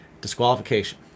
Disqualification